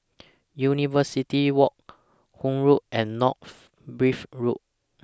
University Walk Hythe Road and North Bridge Road